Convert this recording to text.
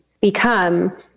become